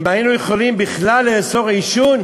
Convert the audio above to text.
אם היינו יכולים בכלל לאסור עישון,